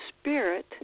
spirit